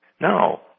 No